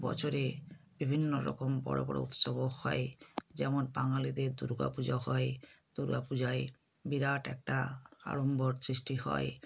বছরে বিভিন্ন রকম বড় বড় উৎসবও হয় যেমন বাঙালিদের দুর্গা পূজা হয় দুর্গা পূজায় বিরাট একটা আড়ম্বর সৃষ্টি হয়